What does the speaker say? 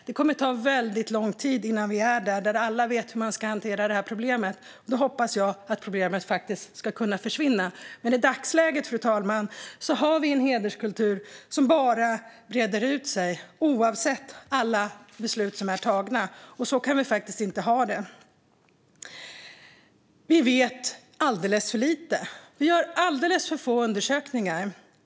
Det kommer att ta lång tid innan vi är vid den punkt då alla vet hur man ska hantera det här problemet. Jag hoppas att problemet ska kunna försvinna, men i dagsläget, fru talman, har vi en hederskultur som bara breder ut sig oavsett alla beslut som är tagna, och så kan vi faktiskt inte ha det. Vi vet alldeles för lite. Vi gör alldeles för få undersökningar.